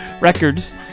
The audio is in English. records